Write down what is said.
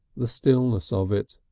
the stillness of it!